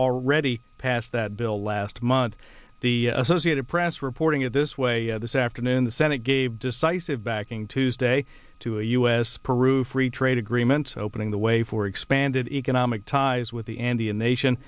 already passed that bill last month the associated press reporting it this way this afternoon the senate gave decisive backing tuesday to a u s peru free trade agreements opening the way for expanded in amik ties with the andean nation